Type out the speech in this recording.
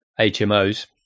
HMOs